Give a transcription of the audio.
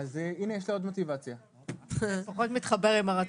יש מישהו מהאוצר?